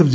F